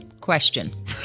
Question